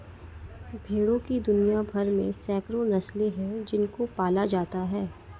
भेड़ों की दुनिया भर में सैकड़ों नस्लें हैं जिनको पाला जाता है